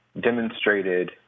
demonstrated